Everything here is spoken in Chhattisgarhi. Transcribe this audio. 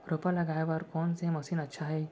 रोपा लगाय बर कोन से मशीन अच्छा हे?